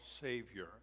savior